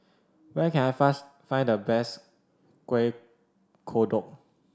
where can I find the best Kuih Kodok